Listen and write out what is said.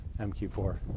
MQ4